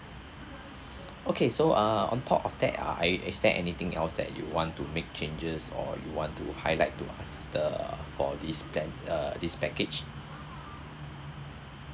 okay so err on top of that ah is is there anything else that you want to make changes or you want to highlight to us the for this plan uh this package